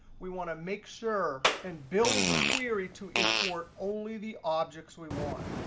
we want to make sure and build the query to import only the objects we want.